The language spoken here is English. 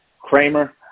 Kramer